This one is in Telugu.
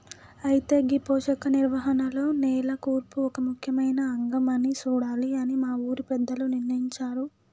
అయితే గీ పోషక నిర్వహణలో నేల కూర్పు ఒక ముఖ్యమైన అంగం అని సూడాలి అని మన ఊరి పెద్దలు నిర్ణయించారు